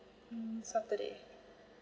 saturday